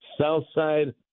Southside